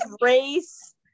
race